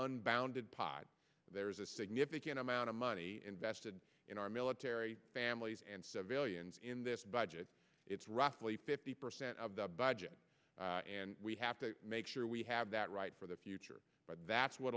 unbounded pot there is a significant amount of money invested in our military families and civilians in this budget it's roughly fifty percent of the budget and we have to make sure we have that right for the future that's what